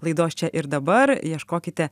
laidos čia ir dabar ieškokite